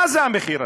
מה המחיר הזה?